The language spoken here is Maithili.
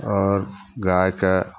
आओर गायके